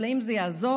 אבל האם זה יעזור?